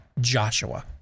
Joshua